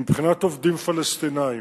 מבחינת עובדים פלסטינים,